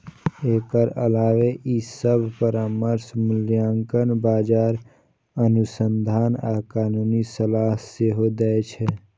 एकर अलावे ई सभ परामर्श, मूल्यांकन, बाजार अनुसंधान आ कानूनी सलाह सेहो दै छै